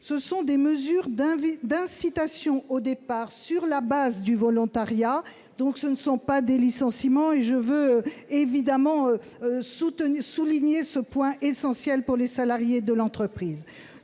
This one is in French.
ce sont des mesures d'incitation au départ sur la base du volontariat. Il ne s'agit donc pas de licenciements ; je tiens à souligner ce point essentiel pour les salariés de l'entreprise.